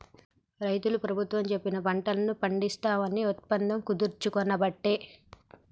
రైతులు ప్రభుత్వం చెప్పిన పంటలను పండిస్తాం అని ఒప్పందం కుదుర్చుకునబట్టే